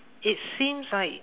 it seems like